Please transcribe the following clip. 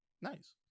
Nice